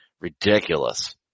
Ridiculous